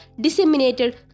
disseminated